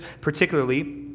particularly